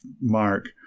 Mark